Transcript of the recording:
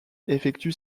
effectue